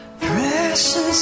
Precious